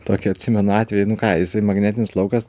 tokį atsimenu atvejį nu ką jisai magnetinis laukas